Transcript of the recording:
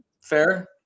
fair